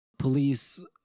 Police